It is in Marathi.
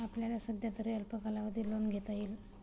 आपल्याला सध्यातरी अल्प कालावधी लोन घेता येईल